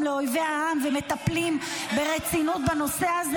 לאויבי העם ומטפלים ברצינות בנושא הזה,